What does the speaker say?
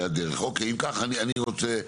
אם כך אני רוצה לסכם,